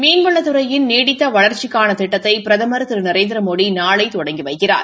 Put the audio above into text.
மீன்வளத் துறையின் நீடித்த வளா்ச்சிக்கான திட்டத்தை பிரதம் திரு நரேந்திரமோடி நாளை தொடங்கி வைக்கிறார்